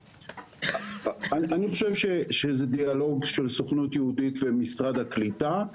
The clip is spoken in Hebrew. אני חושב שזה דיאלוג של סוכנות יהודית ומשרד הקליטה,